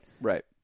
Right